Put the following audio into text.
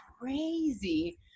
crazy